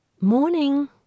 Morning